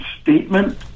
statement